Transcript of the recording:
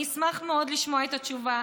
אני אשמח מאוד לשמוע את התשובה.